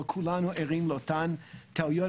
אבל כולנו ערים לאותן טעויות.